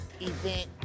event